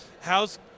how's